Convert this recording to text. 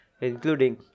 including